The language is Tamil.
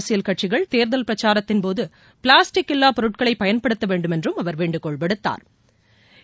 அரசியல் கட்சிகள் தேர்தல் பிரச்சாரத்தின் போது பிளாஸ்டிக் இல்லா பொருட்களை பயன்படுத்த வேண்டுமென்றும் அவர் வேண்டுகோள் விடுத்தாா்